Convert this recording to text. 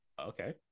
Okay